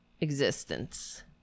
existence